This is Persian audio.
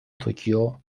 توکیو